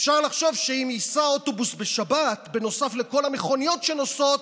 אפשר לחשוב שאם ייסע האוטובוס בשבת נוסף לכל המכוניות שנוסעות,